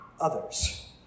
others